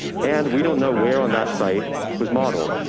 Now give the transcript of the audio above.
and we don't know where on that site was modeled.